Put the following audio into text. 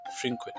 frequent